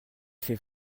fait